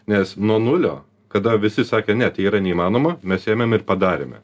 nes nuo nulio kada visi sakė ne tai yra neįmanoma mes ėmėm ir padarėme